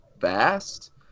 fast